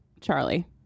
Charlie